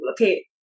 okay